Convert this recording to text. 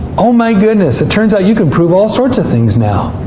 oh, my goodness! it turns out you can prove all sorts of things now.